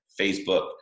Facebook